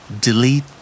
delete